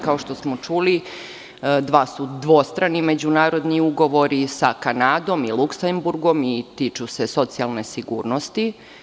Kao što smo čuli, dva su dvostrani međunarodni ugovori sa Kanadom i Luksemburgom i tiču se socijalne sigurnosti.